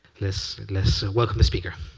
let's let's ah welcome the speaker.